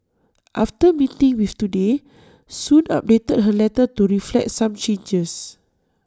after meeting with Today Soon updated her letter to reflect some changes